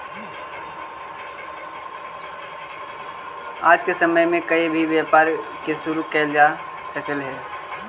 आज के समय में कोई भी व्यापार के शुरू कयल जा सकलई हे